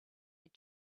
read